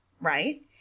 right